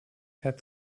had